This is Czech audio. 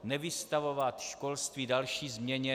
Nevystavovat školství další změně.